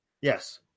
Yes